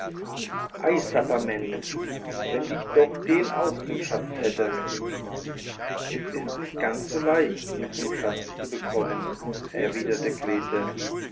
ei sapperment wenn ich doch den auch zum schatz hätte es ist nicht so ganz leicht ihn zum schatz zu bekommen erwiderte grete